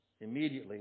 Immediately